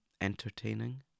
entertaining